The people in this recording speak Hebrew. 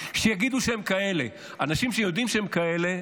שיגידו שהם כאלה, אנשים שיודעים שהם כאלה,